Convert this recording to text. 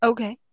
Okay